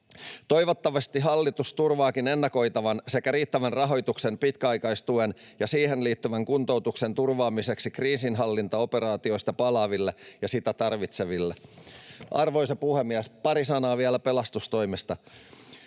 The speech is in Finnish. Toivottavasti hallitus turvaakin ennakoitavan sekä riittävän rahoituksen pitkäaikaistuen ja siihen liittyvän kuntoutuksen turvaamiseksi kriisinhallintaoperaatioista palaaville ja sitä tarvitseville. Arvoisa puhemies! Pari sanaa vielä pelastustoimesta.